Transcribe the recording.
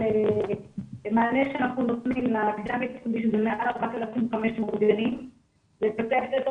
מענה שאנחנו נותנים --- שזה מעל 4,500 גנים ובתי הספר